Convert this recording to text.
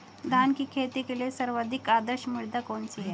धान की खेती के लिए सर्वाधिक आदर्श मृदा कौन सी है?